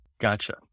Gotcha